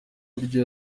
buryo